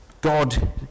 God